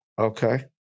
Okay